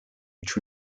which